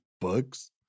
books